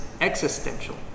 existential